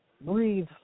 Breathe